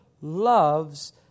loves